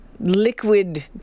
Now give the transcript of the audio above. liquid